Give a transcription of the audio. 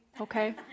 okay